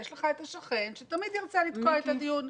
יש השכן שתמיד ירצה לתקוע את הדיון,